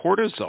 cortisol